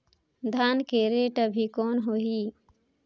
धान के रेट अभी कौन होही?